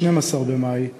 12 במאי,